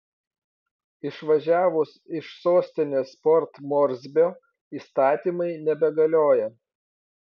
išvažiavus iš sostinės port morsbio įstatymai nebegalioja